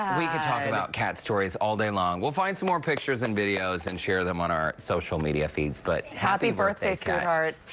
we could talk about cat stories all day long. we'll find some more pictures and videos and share them on our social media feeds. courtney but happy birthday, sweetheart.